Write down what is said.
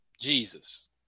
Jesus